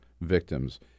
victims